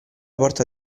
porta